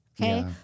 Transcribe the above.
Okay